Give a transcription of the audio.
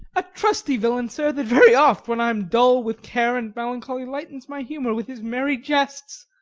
a trusty villain, sir, that very oft, when i am dull with care and melancholy, lightens my humour with his merry jests.